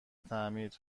تعمیر